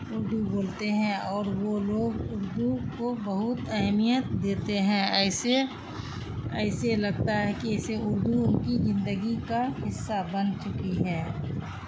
اردو بولتے ہیں اور وہ لوگ اردو کو بہت اہمیت دیتے ہیں ایسے ایسے لگتا ہے کہ اسے اردو ان کی زندگی کا حصہ بن چکی ہے